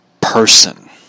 person